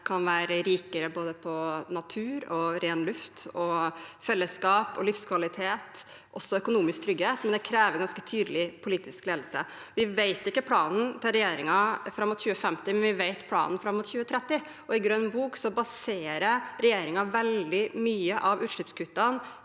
kan være rikere både på natur og ren luft, på fellesskap og livskvalitet og også økonomisk trygghet, men det krever ganske tydelig politisk ledelse. Vi vet ikke planen til regjeringen fram mot 2050, men vi vet planen fram mot 2030. I Grønn bok baserer regjeringen veldig mye av utslippskuttene